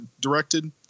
directed